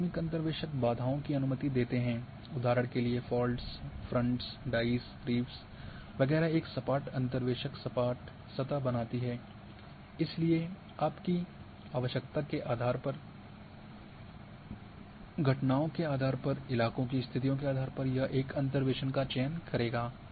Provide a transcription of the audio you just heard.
आकस्मिक अंतर्वेशक बाधाओं की अनुमति देते हैं उदाहरण के लिए फॉल्ट्स फ्रन्ट्स डाइस रीफ्स वगैरह एक सपाट अंतर्वेशक सपाट सतह बनाती है इसलिए आपकी आवश्यकता के आधार पर घटनाओं के आधार पर इलाके की स्थितियों के आधार पर यह एक अंतर्वेसन का चयन करेगा